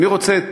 אני רוצה,